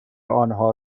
آنها